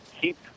Keep